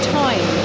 time